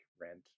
rent